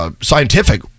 scientific